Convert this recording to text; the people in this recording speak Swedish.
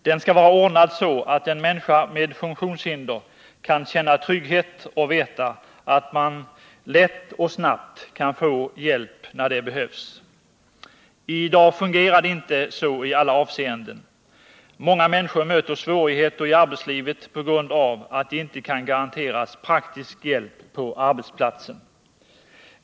Den skall vara ordnad så att en människa med funktionshinder kan känna trygghet och veta att man lätt och snabbt kan få hjälp när det behövs. I dag fungerar det inte så i alla avseenden. Många människor möter svårigheter i arbetslivet på grund av att de inte kan garanteras praktisk hjälp på arbetsplatsen.